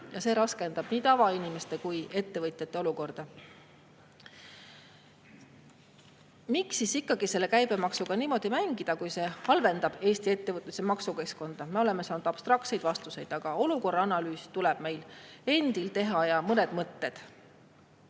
See raskendab nii tavainimeste kui ka ettevõtjate olukorda. Miks siis ikkagi käibemaksuga niimoodi mängida, kui see halvendab Eesti ettevõtlus- ja maksukeskkonda? Me oleme saanud abstraktseid vastuseid, aga olukorra analüüs tuleb meil endil teha. Mõned mõtted